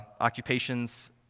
occupations